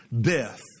death